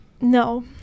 No